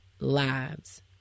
lives